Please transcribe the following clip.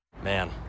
Man